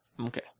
Okay